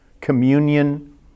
communion